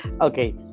Okay